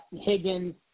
higgins